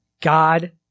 God